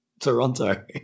Toronto